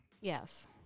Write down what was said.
Yes